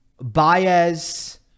Baez